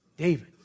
David